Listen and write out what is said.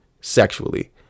sexually